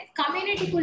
community